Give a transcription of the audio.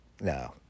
No